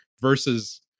versus